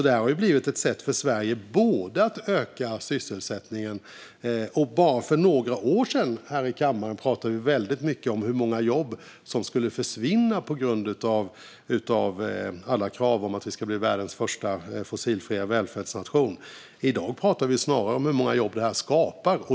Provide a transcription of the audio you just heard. Det här har också blivit ett sätt för Sverige att öka sysselsättningen. För bara några år sedan pratade man väldigt mycket här i kammaren om hur många jobb som skulle försvinna på grund av alla krav för att vi ska bli världens första fossilfria välfärdsnation. I dag pratar vi snarare om hur många jobb det här skapar.